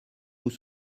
vous